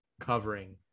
covering